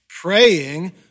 praying